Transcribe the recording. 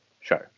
show